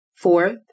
Fourth